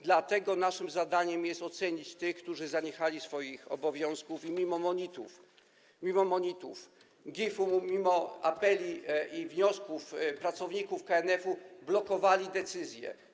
Dlatego naszym zadaniem jest ocenić tych, którzy zaniechali swoich obowiązków i mimo monitów GIIF-u, mimo apeli i wniosków pracowników KNF-u blokowali decyzje.